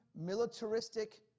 militaristic